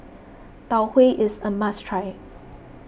Tau Huay is a must try